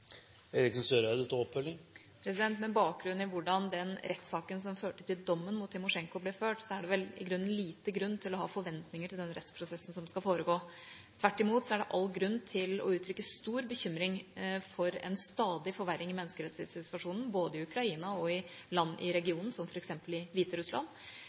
Med bakgrunn i hvordan rettssaken som førte til dommen mot Timosjenko, ble ført, er det vel i grunnen liten grunn til å ha forventninger til den rettsprosessen som skal foregå. Tvert imot er det all grunn til å uttrykke stor bekymring for en stadig forverring i menneskerettighetssituasjonen både i Ukraina og i land i regionen – som f.eks. i Hviterussland.